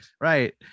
right